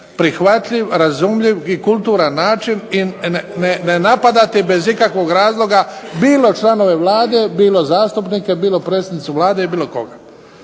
prihvatljiv, razumljiv i kulturan način i ne napadati bez ikakvog razloga bilo članove Vlade, bilo zastupnike, bilo predsjednicu Vlade i bilo koga?